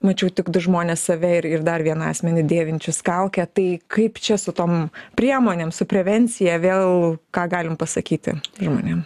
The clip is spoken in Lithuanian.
mačiau tik du žmones save ir ir dar vieną asmenį dėvinčius kaukę tai kaip čia su tom priemonėm su prevencija vėl ką galim pasakyti žmonėm